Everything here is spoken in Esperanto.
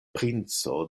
princo